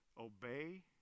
obey